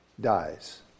dies